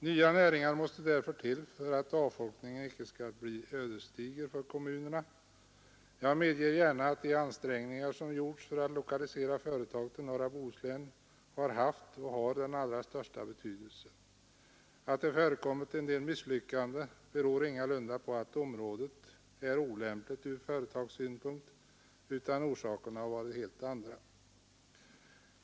Nya näringar måste därför till för att avfolkningen icke skall bli ödesdiger för kommunerna. Jag medger gärna att de ansträngningar som gjorts för att lokalisera företag till norra Bohuslän har haft och har den allra största betydelse. Att det förekommit en del misslyckanden beror ingalunda på att området är olämpligt ur företagssynpunkt, utan orsakerna har varit helt andra.